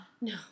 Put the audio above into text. No